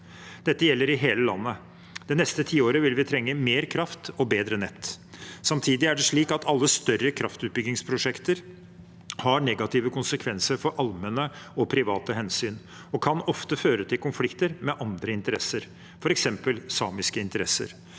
Dette gjelder i hele landet. Det neste tiåret vil vi trenge mer kraft og bedre nett. Samtidig er det slik at alle større kraftutbyggingsprosjekter har negative konsekvenser for allmenne og private hensyn og ofte kan føre til konflikter med andre interesser, f.eks. samiske interesser.